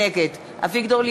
נגד אביגדור ליברמן,